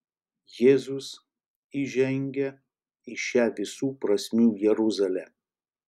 jėzus įžengia į šią visų prasmių jeruzalę